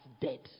dead